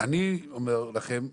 אני אומר לכם,